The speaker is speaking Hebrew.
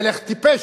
מלך טיפש,